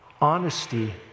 honesty